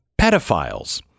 pedophiles